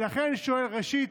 לכן אני שואל, ראשית,